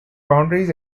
boundaries